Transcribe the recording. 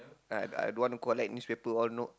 uh I I don't want to collect newspaper all no